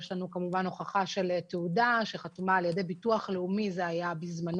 יש לנו הוכחה של תעודה שחתומה על ידי הביטוח הלאומי בזמנו,